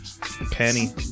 penny